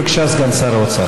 בבקשה, סגן שר האוצר.